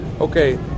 okay